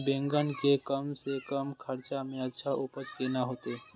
बेंगन के कम से कम खर्चा में अच्छा उपज केना होते?